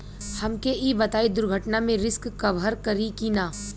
हमके ई बताईं दुर्घटना में रिस्क कभर करी कि ना?